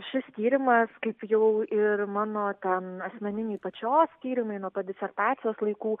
šis tyrimas kaip jau ir mano ten asmeniniai pačios tyrimai nuo pat disertacijos laikų